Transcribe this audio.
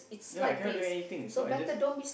ya I cannot do anything so I just